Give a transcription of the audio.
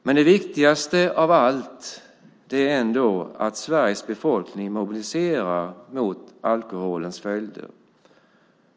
Men det viktigaste av allt är ändå att Sveriges befolkning mobiliserar mot alkoholens följder.